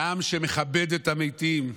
עם שמכבד את המתים,